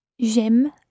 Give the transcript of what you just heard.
J'aime